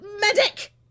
medic